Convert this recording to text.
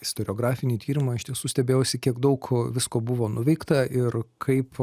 istoriografinį tyrimą iš tiesų stebėjausi kiek daug visko buvo nuveikta ir kaip